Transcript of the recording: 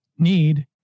need